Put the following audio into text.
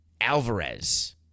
Alvarez